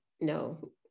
No